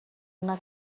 una